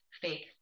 fake